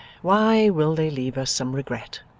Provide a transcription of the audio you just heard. why will they leave us some regret?